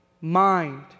Mind